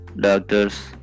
doctors